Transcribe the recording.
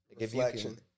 Reflection